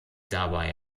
dabei